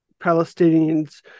Palestinians